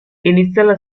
initial